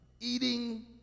eating